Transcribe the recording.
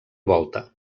volta